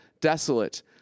desolate